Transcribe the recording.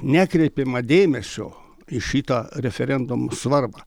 nekreipiama dėmesio į šitą referendumo svarbą